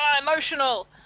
emotional